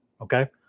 Okay